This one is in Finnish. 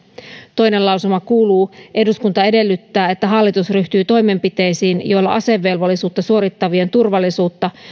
toinen lausuma kuuluu eduskunta edellyttää että hallitus ryhtyy toimenpiteisiin joilla asevelvollisuutta suorittavien turvallisuutta